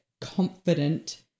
confident